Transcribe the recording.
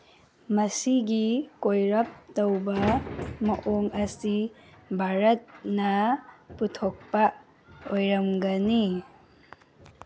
ꯃꯁꯤꯒꯤ ꯀꯣꯏꯔꯞ ꯇꯧꯕ ꯃꯑꯣꯡ ꯑꯁꯤ ꯚꯥꯔꯠꯅ ꯄꯨꯊꯣꯛꯄ ꯑꯣꯏꯔꯝꯒꯅꯤ